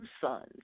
sons